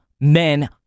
men